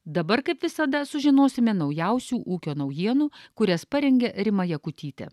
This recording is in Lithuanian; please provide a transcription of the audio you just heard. dabar kaip visada sužinosime naujausių ūkio naujienų kurias parengė rima jakutytė